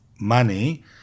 money